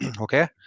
Okay